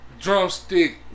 drumstick